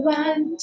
one